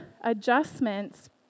adjustments